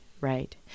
right